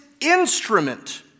instrument